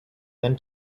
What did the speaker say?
then